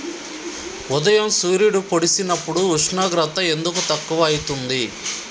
ఉదయం సూర్యుడు పొడిసినప్పుడు ఉష్ణోగ్రత ఎందుకు తక్కువ ఐతుంది?